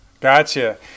Gotcha